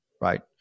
right